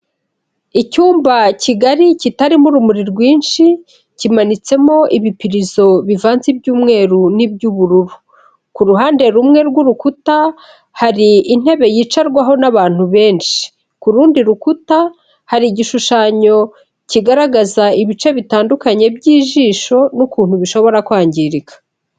Icyumba kigali kitarimo urumuri rwinshi, kimanitsemo ibipirizo bivanze iby'umweru n'iby'ubururu, ku ruhande rumwe rw'urukuta hari intebe yicarwaho n'abantu benshi, kuru rundi rukuta hari igishushanyo kigaragaza ibice bitandukanye by'ijisho n'ukuntu bishobora kwangirika.